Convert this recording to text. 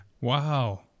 wow